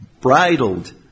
bridled